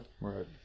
Right